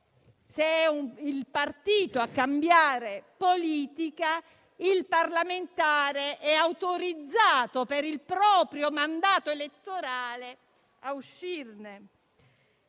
è il partito a cambiare politica, il parlamentare è autorizzato, per il proprio mandato elettorale, a uscirne.